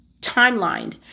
timelined